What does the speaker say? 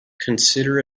consider